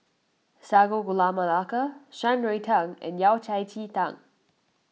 Sago Gula Melaka Shan Rui Tang and Yao Cai Ji Tang